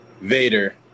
Vader